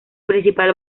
principal